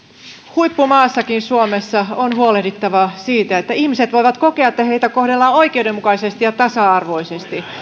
huippumaassa suomessakin on huolehdittava siitä että ihmiset voivat kokea että heitä kohdellaan oikeudenmukaisesti ja tasa arvoisesti